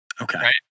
Okay